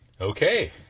Okay